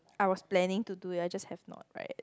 I was planning to do that I just have not right